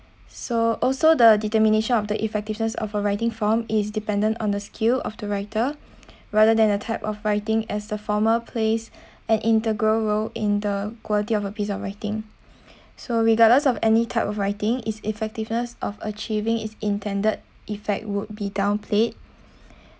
so also the determination of the effectiveness of a writing form is dependent on the scale of the writer rather than a type of writing as the former plays an integral role in the quality of a piece of writing so regardless of any type of writing its effectiveness of achieving its intended effect would be downplayed